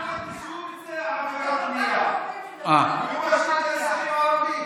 אמרתי שהוא ביצע עבירות בנייה, ערבים.